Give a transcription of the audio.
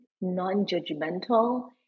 non-judgmental